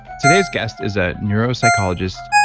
today's guest is a neuropsychologist,